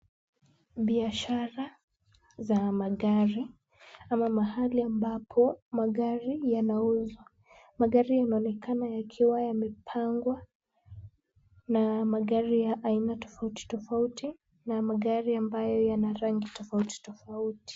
Biashara za magari ama mahali ambapo magari yanauzwa. Magari inaonekana yakiwa yamepangwa na magari ya aina tofauti tofauti na magari ambayo yana rangi tofauti tofauti.